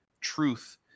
truth